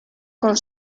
con